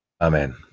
amen